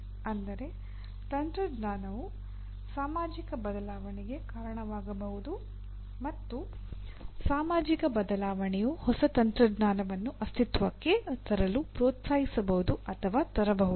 ಅಂದರೆ ತಂತ್ರಜ್ಞಾನವು ಸಾಮಾಜಿಕ ಬದಲಾವಣೆಗೆ ಕಾರಣವಾಗಬಹುದು ಮತ್ತು ಸಾಮಾಜಿಕ ಬದಲಾವಣೆಯು ಹೊಸ ತಂತ್ರಜ್ಞಾನವನ್ನು ಅಸ್ತಿತ್ವಕ್ಕೆ ತರಲು ಪ್ರೋತ್ಸಾಹಿಸಬಹುದು ಅಥವಾ ತರಬಹುದು